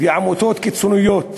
עמותות קיצוניות